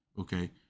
Okay